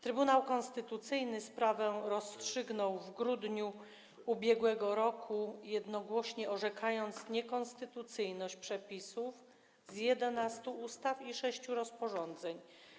Trybunał Konstytucyjny sprawę rozstrzygnął w grudniu ubiegłego roku, jednogłośnie orzekając niekonstytucyjność przepisów z 11 ustaw i 6 rozporządzeń.